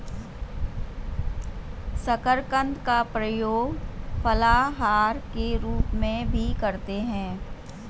शकरकंद का प्रयोग फलाहार के रूप में भी करते हैं